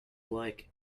like